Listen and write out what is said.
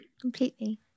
completely